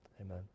Amen